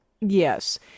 Yes